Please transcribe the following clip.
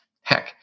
Heck